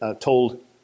told